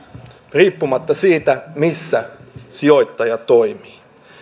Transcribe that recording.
riippumatta siitä missä sijoittaja toimii